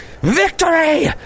Victory